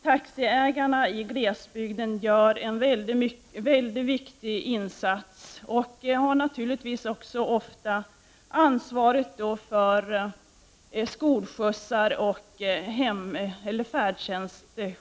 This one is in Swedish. Taxiägarna i glesbygden gör en mycket viktig insats, och de har ofta ansvaret för skolskjuts och färdtjänst.